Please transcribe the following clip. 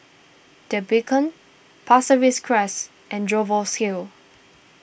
the Beacon Pasir Ris Crest and Jervois Hill